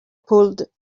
pulled